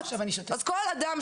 גדולות,